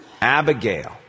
Abigail